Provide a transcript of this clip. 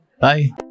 Bye